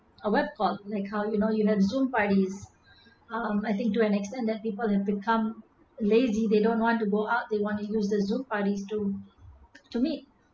I went got you know zoom parties um I think to an extent that people have become lazy they don't want to go out they want to use the zoom parties to to meet